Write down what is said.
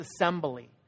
assembly